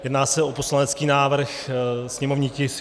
Jedná se o poslanecký návrh, sněmovní tisk 463.